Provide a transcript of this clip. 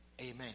Amen